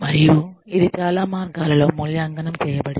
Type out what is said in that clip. మరియు ఇది చాలా మార్గాలలో మూల్యాంకనం చేయబడింది